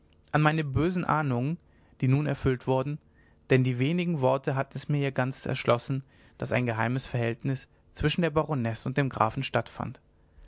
an meine böse ahnungen die nun erfüllt wurden denn die wenigen worte hatten es mir ja ganz erschlossen daß ein geheimes verhältnis zwischen der baronesse und dem grafen stattfand